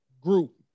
group